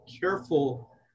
careful